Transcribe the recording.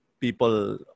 People